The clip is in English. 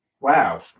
wow